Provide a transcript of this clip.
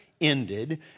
ended